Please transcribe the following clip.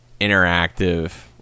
interactive